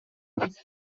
his